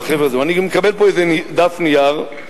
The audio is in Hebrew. אני גם מקבל פה איזה מין דף נייר,